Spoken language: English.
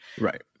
Right